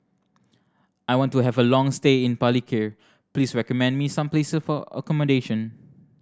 I want to have a long stay in Palikir please recommend me some place for accommodation